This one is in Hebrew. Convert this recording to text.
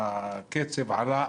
הקצב עלה,